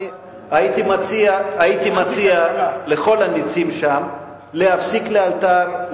הייתי מציע לכל הנצים שם להפסיק לאלתר,